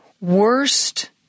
worst